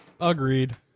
Agreed